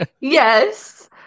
Yes